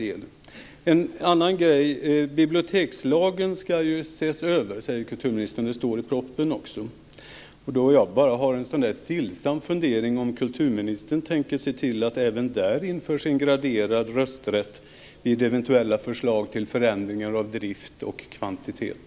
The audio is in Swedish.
Kulturministern säger att bibliotekslagen ska ses över. Det står också i propositionen. Då har jag en stillsam fundering om kulturministern tänker se till att även där införs en graderad rösträtt vid eventuella förslag till förändringar av drift och kvantitet.